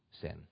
sin